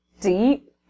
deep